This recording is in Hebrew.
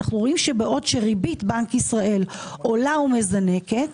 אנו רואים שבעוד שריבית בנק ישראל עולה ומזקנת,